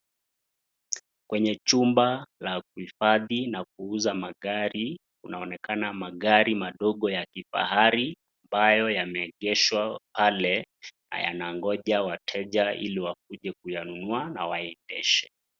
Kwenye chumba la kuhifadhi na kuuza magari inaonekana magari madogo ya kifaharii ambayo yameegeshwa pale yanaongoja wateja ili wakuje wanunue na kuendesha